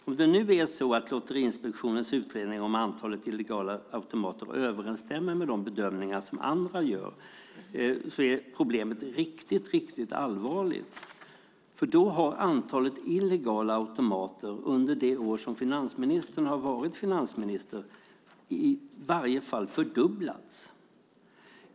Om det nu är så att Lotteriinspektionens utredning om antalet illegala automater överensstämmer med de bedömningar som andra gör är problemet riktigt, riktigt allvarligt. Då har nämligen antalet illegala automater i varje fall fördubblats under det år som finansministern har varit finansminister.